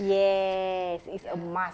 yes it's a must